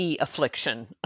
affliction